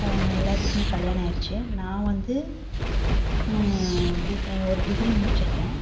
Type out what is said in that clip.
எல்லாத்துக்கும் கல்யாணம் ஆகிருச்சு நான் வந்து ஒரு டிகிரி முடிச்சுருக்கேன்